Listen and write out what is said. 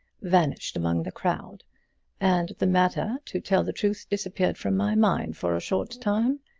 vanished among the crowd and the matter, to tell the truth, disappeared from my mind for a short time.